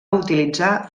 utilitzar